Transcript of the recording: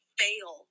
fail